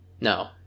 No